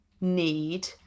need